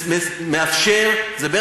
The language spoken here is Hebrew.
שבה הזהות של רוב האזרחים היא,